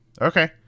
Okay